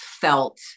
felt